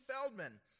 Feldman